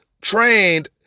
trained